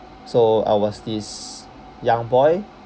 so I was this young boy